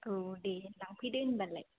औ दे लांफैदो होमबालाय